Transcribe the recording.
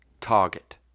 Target